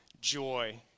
joy